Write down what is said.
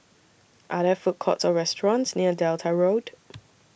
Are There Food Courts Or restaurants near Delta Road